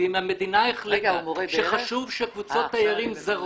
ואם המדינה החליטה שחשוב שקבוצות תיירים זרות,